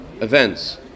events